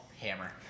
Hammer